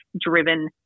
driven